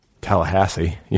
Tallahassee